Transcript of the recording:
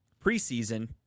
preseason